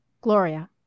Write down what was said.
Gloria